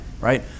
Right